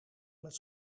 met